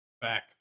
Back